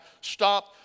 stop